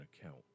account